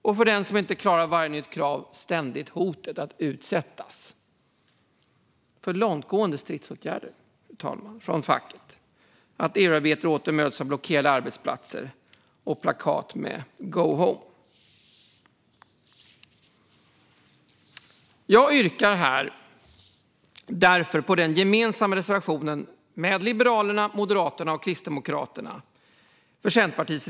Och för den som inte klarar varje nytt krav finns ständigt hotet att utsättas för långtgående stridsåtgärder från facket och för att EU-arbetare åter möts av blockerade arbetsplatser och plakat med texten Go home! Jag vill därför yrka bifall till reservation 1 från Centerpartiet, Moderaterna, Kristdemokraterna och Liberalerna.